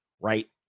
right